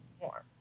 more